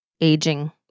aging